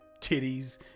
titties